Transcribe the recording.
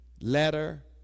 letter